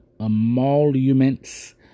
emoluments